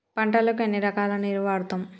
పంటలకు ఎన్ని రకాల నీరు వాడుతం?